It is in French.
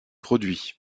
produits